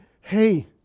hey